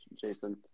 Jason